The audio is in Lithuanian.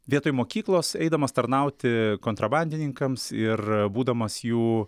vietoj mokyklos eidamas tarnauti kontrabandininkams ir būdamas jų